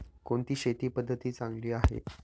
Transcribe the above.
कोणती शेती पद्धती चांगली आहे?